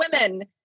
women